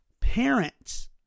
Parents